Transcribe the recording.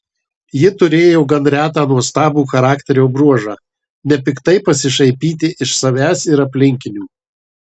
ji turėjo gan retą nuostabų charakterio bruožą nepiktai pasišaipyti iš savęs ir aplinkinių